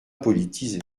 politisé